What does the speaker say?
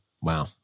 wow